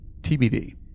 tbd